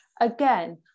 again